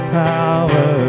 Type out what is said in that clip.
power